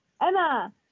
Emma